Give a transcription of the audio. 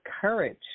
courage